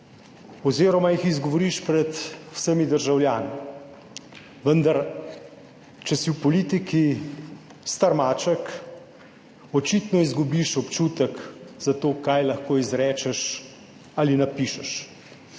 oziroma jih izgovoriš pred vsemi državljani, vendar če si v politiki star maček, očitno izgubiš občutek za to, kaj lahko izrečeš ali napišeš.